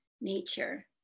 nature